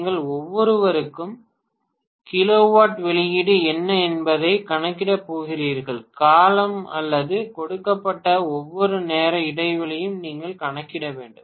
நீங்கள் ஒவ்வொருவருக்கும் கிலோவாட் வெளியீடு என்ன என்பதைக் கணக்கிடப் போகிறீர்கள் காலம் அல்லது கொடுக்கப்பட்ட ஒவ்வொரு நேர இடைவெளியும் நீங்கள் கணக்கிட வேண்டும்